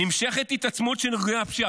נמשכת התעצמות של ארגוני הפשיעה,